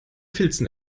filzen